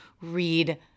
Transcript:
read